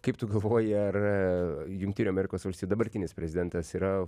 kaip tu galvoji ar jungtinių amerikos valstijų dabartinis prezidentas yra